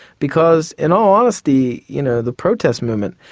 because, in all honesty, you know the protest movement,